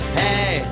hey